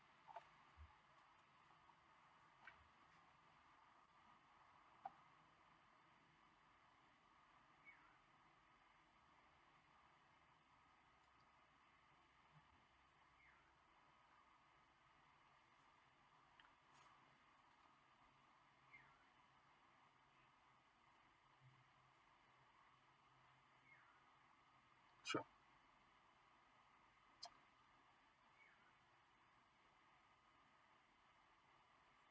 uh uh uh mm mm sure